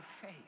faith